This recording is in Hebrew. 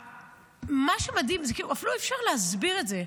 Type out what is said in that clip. מה שמדהים, אפילו אי אפשר להסביר את זה,